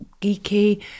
geeky